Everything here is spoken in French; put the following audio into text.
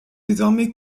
désormais